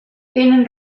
tenen